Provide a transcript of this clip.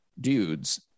dudes